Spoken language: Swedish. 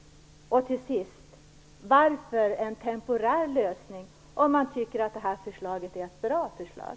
Till sist: Varför en temporär lösning, om man nu tycker att det är ett bra förslag?